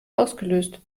ausgelöst